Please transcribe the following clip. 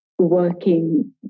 working